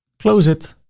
close it.